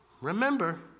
Remember